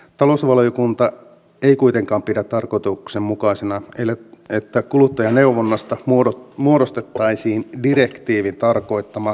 talousvaliokunta ei kuitenkaan pidä tarkoituksenmukaisena että kuluttajaneuvonnasta muodostettaisiin direktiivin tarkoittama riidanratkaisuelin